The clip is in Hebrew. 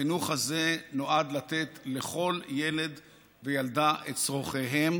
החינוך הזה נועד לתת לכל ילד וילדה את צורכיהם